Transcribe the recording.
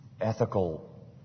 ethical